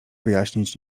wyjaśnić